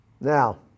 Now